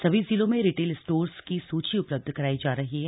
सभी जिलों में रिटेल स्टोर्स की सूची उपलब्ध कराई जा रही है